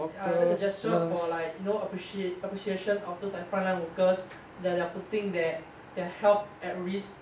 err that's a gesture for like you know appreciate appreciation of those like front line workers that they are putting the~ their health at risk